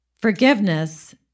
forgiveness